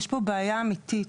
יש פה בעיה אמיתית.